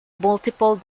multiple